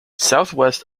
southeast